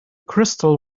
crystal